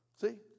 See